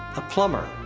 a plumber,